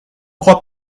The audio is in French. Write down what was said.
crois